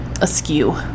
askew